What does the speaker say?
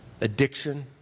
Addiction